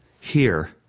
Here